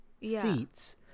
Seats